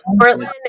Portland